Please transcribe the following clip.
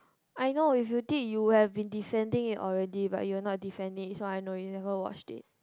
I know if you did you would have been defending it already but you're not defending it so I know you never watched it